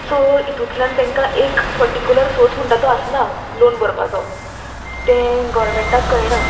so हितूंतल्यान तांकां एक पर्टिक्युलर सोर्स म्हणटा तो आसना लोन भरपाचो तें गोवोरमेंटाक कळना